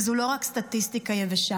וזו לא רק סטטיסטיקה יבשה,